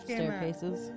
Staircases